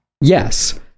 yes